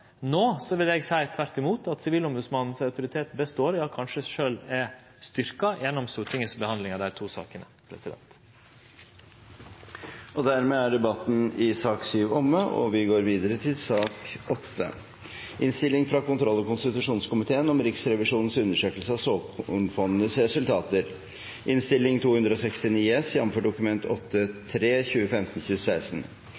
No vil eg tvert imot seie at Sivilombodsmannens autoritet består, ja kanskje endå er styrkt, gjennom Stortingets behandling av desse to sakene. Flere har ikke bedt om ordet til sak nr. 7. Etter ønske fra kontroll- og konstitusjonskomiteen